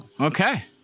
Okay